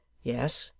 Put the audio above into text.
yes,